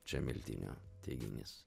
čia miltinio teiginys